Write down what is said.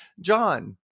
John